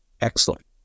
Excellent